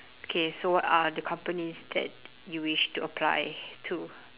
okay so what are the companies that you wish to apply to